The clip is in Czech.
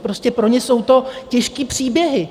Prostě pro ně jsou to těžké příběhy.